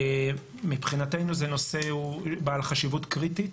מבחינתנו זה נושא בעל חשיבות קריטית